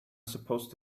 supposed